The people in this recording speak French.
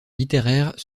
littéraires